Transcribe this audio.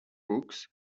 books